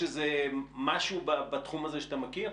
האם יש משהו בתחום הזה שאתה מכיר?